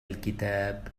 الكتاب